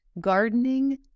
gardening